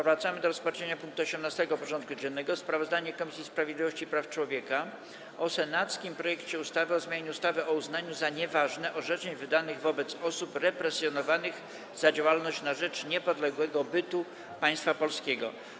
Powracamy do rozpatrzenia punktu 18. porządku dziennego: Sprawozdanie Komisji Sprawiedliwości i Praw Człowieka o senackim projekcie ustawy o zmianie ustawy o uznaniu za nieważne orzeczeń wydanych wobec osób represjonowanych za działalność na rzecz niepodległego bytu Państwa Polskiego.